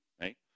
right